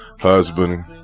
husband